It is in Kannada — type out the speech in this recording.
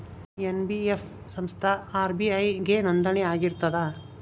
ಎನ್.ಬಿ.ಎಫ್ ಸಂಸ್ಥಾ ಆರ್.ಬಿ.ಐ ಗೆ ನೋಂದಣಿ ಆಗಿರ್ತದಾ?